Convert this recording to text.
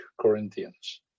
Corinthians